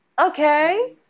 okay